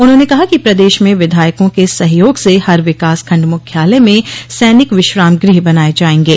उन्होंने कहा कि प्रदेश में विधायको के सहयोग से हर विकास खण्ड मुख्यालय में सैनिक विश्राम गृह बनाये जायेंगे